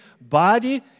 body